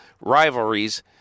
rivalries